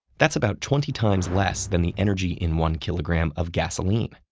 that's about twenty times less than the energy in one kilogram of gasoline.